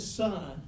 son